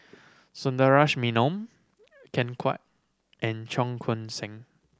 Sundaresh Menon Ken Kwek and Cheong Koon Seng